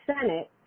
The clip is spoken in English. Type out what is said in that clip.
Senate